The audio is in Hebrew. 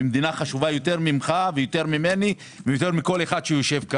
והמדינה חשובה יותר ממך ויותר ממני ויותר מכל אחד שיושב פה